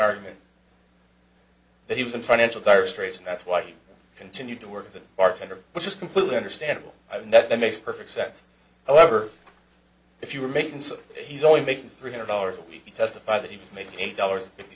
argument that he was in financial dire straits and that's why he continued to work as a bartender which is completely understandable that it makes perfect sense however if you were making so he's only making three hundred dollars a week he testified that he made eight dollars fifty